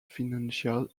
financial